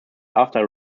after